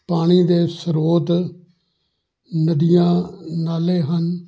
ਪਾਣੀ ਦੇ ਸ੍ਰੋਤ ਨਦੀਆਂ ਨਾਲੇ ਹਨ